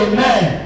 Amen